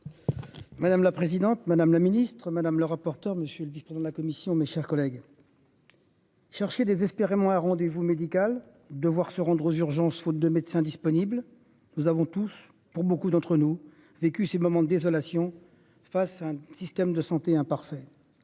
Madame la présidente, madame la ministre madame le rapporteur Monsieur le dicton de la commission. Mes chers collègues.-- Chercher désespérément un rendez-vous médical de voir se rendre aux urgences, faute de médecins disponibles. Nous avons tous pour beaucoup d'entre nous vécu ces moments de désolation. Face à un système de santé parfait.